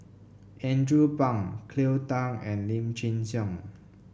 Andrew Phang Cleo Thang and Lim Chin Siong